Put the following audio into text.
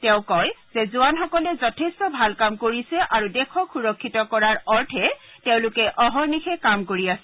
তেওঁ কয় যে জোৱানসকলে যথেষ্ট ভাল কাম কৰিছে আৰু দেশক সুৰক্ষিত কৰাৰ অৰ্থে তেওঁলোকে অহৰ্নিশে কাম কৰি আছে